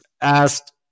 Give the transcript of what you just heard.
asked